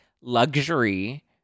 luxury